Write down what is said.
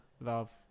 Love